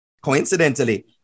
Coincidentally